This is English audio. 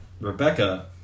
Rebecca